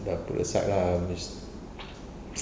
ya put aside lah it was